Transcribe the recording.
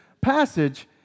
passage